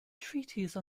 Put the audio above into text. treatise